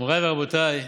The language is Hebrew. מוריי ורבותיי,